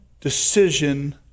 decision